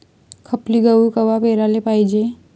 खपली गहू कवा पेराले पायजे?